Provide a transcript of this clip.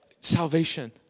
Salvation